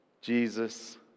Jesus